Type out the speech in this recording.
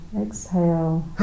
exhale